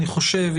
אני חושב,